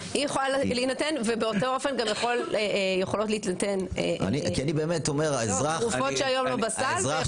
היא יכולה להינתן ובאותו אופן גם יכולות להינתן תרופות שהיום לא בסל,